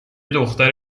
دختر